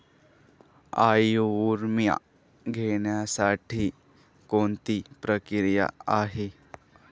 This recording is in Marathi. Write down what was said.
आयुर्विमा घेण्यासाठी कोणती प्रक्रिया आहे?